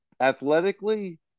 athletically